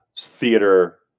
theater